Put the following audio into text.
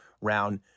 round